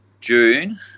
June